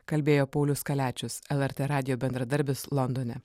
kalbėjo paulius kaliačius lrt radijo bendradarbis londone